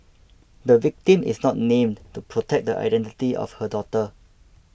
the victim is not named to protect the identity of her daughter